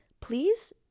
please